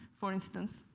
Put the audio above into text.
for instance,